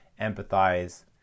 empathize